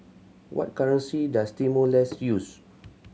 what currency does Timor Leste use